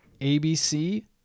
ABC